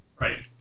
Right